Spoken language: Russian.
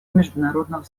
международного